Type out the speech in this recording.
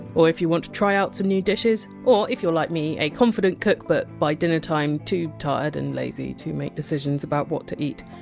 or you want to try out some new dishes, or if you're like me, a confident cook but by dinner time too tired and lazy to make decisions about what to eat.